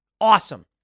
Awesome